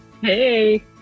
Hey